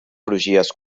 crugies